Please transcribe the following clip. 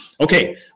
okay